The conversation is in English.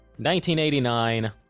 1989